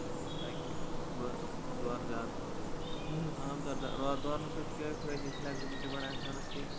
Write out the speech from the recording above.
تاکہِ بہٕ دورٕ زیادٕ کھۄتہٕ زیادٕ عام طور دورنہٕ سۭتۍ کیاہ فٲیدٕ فِلیکزِبِلٹی بَڑان اِنسانَس کہِ